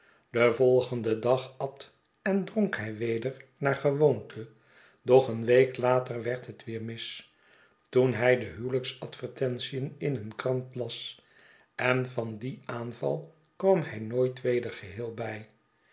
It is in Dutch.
den volgenden dag at en dronk hij weder naar gewoonte doch een week later werd het weer mis toen hij de huwelijksadvertentisn in een krant las en van dien aanval kwam hij nooit meer geheel bij